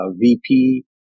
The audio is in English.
VP